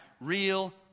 real